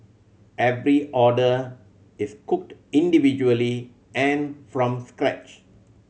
every order is cooked individually and from scratch